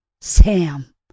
Sam